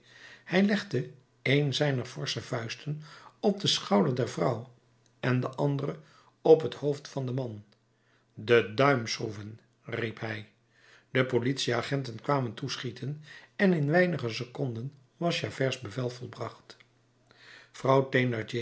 hij legde een zijner forsche vuisten op den schouder der vrouw en de andere op het hoofd van den man de duimschroeven riep hij de politieagenten kwamen toeschieten en in weinige seconden was javerts bevel volbracht vrouw